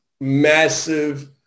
massive